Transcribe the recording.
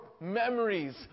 memories